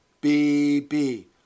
B-B